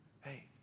Hey